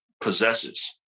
possesses